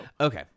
Okay